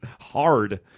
Hard